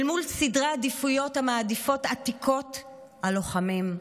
אל מול סדרי עדיפויות המעדיפים עתיקות על לוחמים,